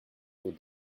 aux